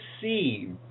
see